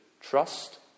trust